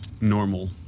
normal